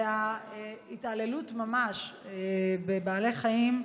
ההתעללות ממש בבעלי חיים,